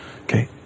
Okay